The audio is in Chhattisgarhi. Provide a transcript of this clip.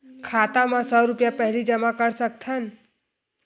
खाता मा सौ रुपिया पहिली जमा कर सकथन?